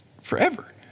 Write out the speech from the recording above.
forever